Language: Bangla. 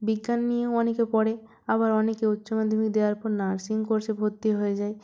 বিজ্ঞান নিয়ে অনেকে পড়ে আবার অনেকে উচ্চমাধ্যমিক দেওয়ার পর নার্সিং কোর্সে ভর্তি হয়ে যায়